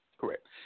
correct